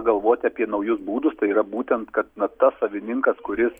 galvoti apie naujus būdus tai yra būtent kad na tas savininkas kuris